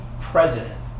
president